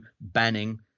banning